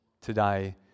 today